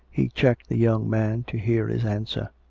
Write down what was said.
he checked the young man, to hear his answer.